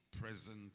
present